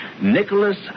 Nicholas